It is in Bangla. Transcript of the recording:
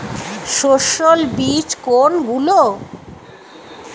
সস্যল বীজ কোনগুলো?